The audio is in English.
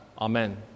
Amen